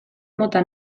mota